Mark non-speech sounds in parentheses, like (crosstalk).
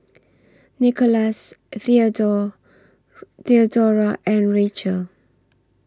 Nickolas (unintelligible) Theodora and Rachel